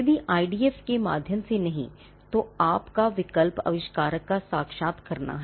यदि आईडीएफ के माध्यम से नहीं तो आपका विकल्प आविष्कारक का साक्षात्कार करना है